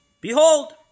behold